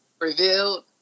revealed